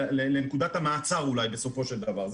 לנקודת המעצר אולי בסופו של דבר.